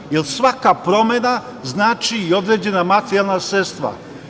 Zato jer svaka promena znači i određena materijalna sredstva.